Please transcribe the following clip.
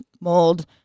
mold